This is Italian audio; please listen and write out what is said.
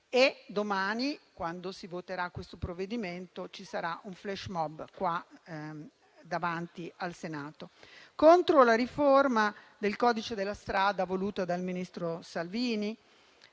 E domani, quando si voterà il provvedimento, ci sarà un *flashmob* davanti al Senato contro la riforma del codice della strada voluta dal ministro Salvini,